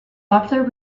popular